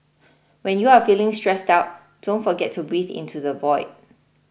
when you are feeling stressed out don't forget to breathe into the void